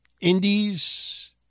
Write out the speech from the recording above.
Indies